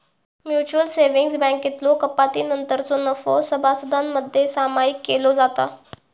mutual savings बँकेतलो कपातीनंतरचो नफो सभासदांमध्ये सामायिक केलो जाता